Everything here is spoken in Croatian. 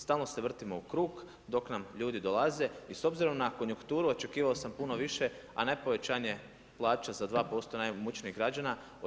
Stalno se vrtimo u krug dok nam ljudi dolaze i s obzirom na konjukturu očekivao sam puno više, a ne povećanje plaća za 2% najimućnijim građanima.